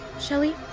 Shelly